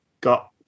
got